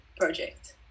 project